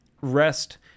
Rest